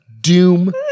doom